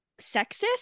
sexist